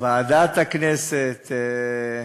ועדת הכנסת.